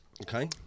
okay